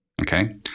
Okay